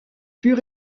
plus